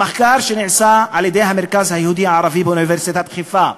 במחקר שנעשה על-ידי המרכז היהודי ערבי באוניברסיטת חיפה,